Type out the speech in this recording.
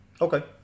Okay